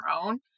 own